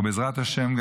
ובעזרת השם,